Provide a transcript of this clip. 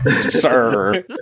sir